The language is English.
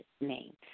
name